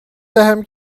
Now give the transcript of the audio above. دهم